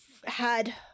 had